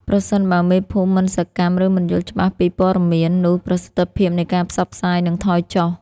ប្រសិនបើមេភូមិមិនសកម្ម ឬមិនយល់ច្បាស់ពីព័ត៌មាន នោះប្រសិទ្ធភាពនៃការផ្សព្វផ្សាយនឹងថយចុះ។